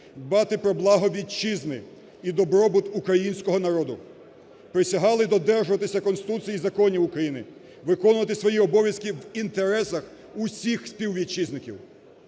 дбати про благо Вітчизни і добробут українського народу". Присягали додержуватися Конституції і законів України, виконувати свої обов'язки в інтересах усіх співвітчизників.